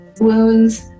wounds